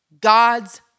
God's